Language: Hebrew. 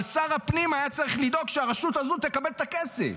אבל שר הפנים היה צריך לדאוג שהרשות הזו תקבל את הכסף,